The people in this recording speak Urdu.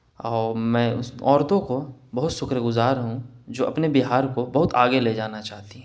اور میں اس عورتوں کو بہت شکر گزار ہوں جو اپنے بہار کو بہت آگے لے جانا چاہتی ہوں